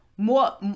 more